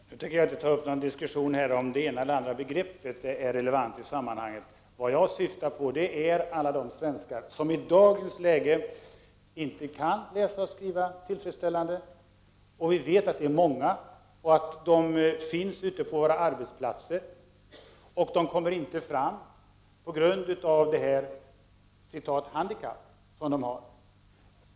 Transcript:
Herr talman! Jag tänker inte ta upp en diskussion om det ena eller andra begreppet är relevant i sammanhanget. Vad jag syftar på är alla de svenskar som i dagens läge inte kan läsa och skriva tillfredsställande. Vi vet att det är många, att de finns ute på arbetsplatserna och att de inte tar sig fram på grund av detta ”handikapp”.